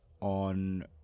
on